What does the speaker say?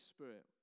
Spirit